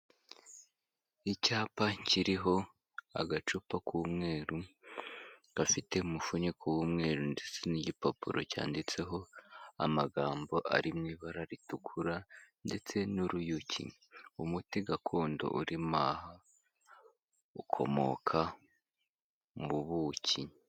Icyapa kiriho agacupa k'umweru gafite umufuniko w'umweru ndetse n'igipapuro cyanditseho amagambo ari mu ibara ritukura ndetse n'uruyuki, umuti gakondo urimo aha ukomoka mu buki.